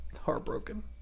heartbroken